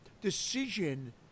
decision